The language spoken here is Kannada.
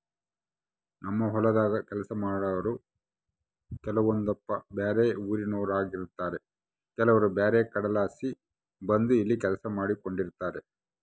ನಮ್ಮ ಹೊಲದಾಗ ಕೆಲಸ ಮಾಡಾರು ಕೆಲವೊಂದಪ್ಪ ಬ್ಯಾರೆ ಊರಿನೋರಾಗಿರುತಾರ ಕೆಲವರು ಬ್ಯಾರೆ ಕಡೆಲಾಸಿ ಬಂದು ಇಲ್ಲಿ ಕೆಲಸ ಮಾಡಿಕೆಂಡಿರ್ತಾರ